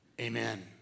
Amen